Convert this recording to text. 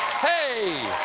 hey!